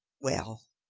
well!